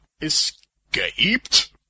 escaped